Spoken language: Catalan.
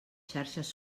xarxes